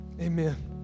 Amen